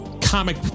comic